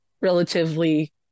relatively